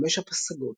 חמש הפסגות,